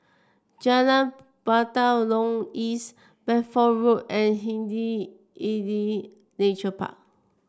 Jalan Batalong East Bedford Road and Hindhede Nature Park